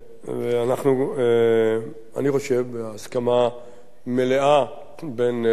אני חושב, בהסכמה מלאה בין חברי הכנסת,